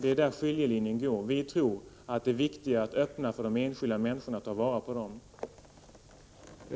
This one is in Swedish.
Det är där skiljelinjen går. Vi moderater tror att det är viktigare att öppna för de enskilda människorna att ta vara på dessa möjligheter.